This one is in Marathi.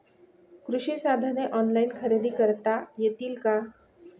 कृषी साधने ऑनलाइन खरेदी करता येतील का?